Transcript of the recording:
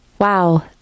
Wow